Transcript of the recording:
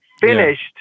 finished